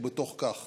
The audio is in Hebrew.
ובתוך כך